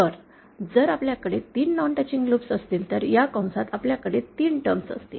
तर जर आपल्याकडे 3 नॉन टचिंग लूप असतील तर या कंसात आपल्याकडे 3 टर्म्स असतील